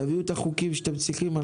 תעבירו את החוקים שאתם צריכים,